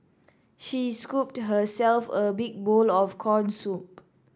she scooped herself a big bowl of corn soup